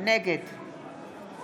נגד מכלוף